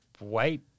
wait